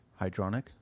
hydronic